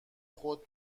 خود